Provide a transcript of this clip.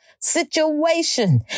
situation